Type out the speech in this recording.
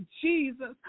Jesus